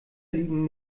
liegen